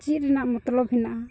ᱪᱮᱫ ᱨᱮᱱᱟᱜ ᱢᱚᱛᱞᱚᱵ ᱦᱮᱱᱟᱜᱼᱟ